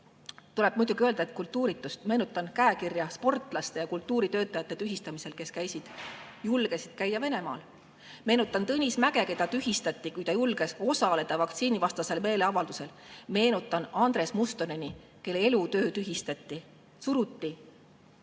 tuleb muidugi öelda, kultuuritust. Meenutan käekirja sportlaste ja kultuuritöötajate tühistamisel, kes käisid, julgesid käia Venemaal. Meenutan Tõnis Mäge, kes tühistati, kui ta julges osaleda vaktsiinivastasel meeleavaldusel. Meenutan Andres Mustoneni, kelle elutöö tühistati, suruti